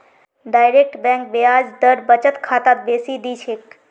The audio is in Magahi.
डायरेक्ट बैंक ब्याज दर बचत खातात बेसी दी छेक